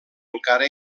encara